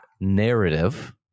narrative